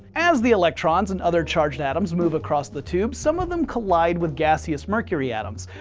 as the electrons and other charged atoms move across the tube, some of them collide with gaseous mercury atoms.